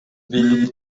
бийлиги